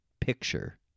picture